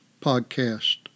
podcast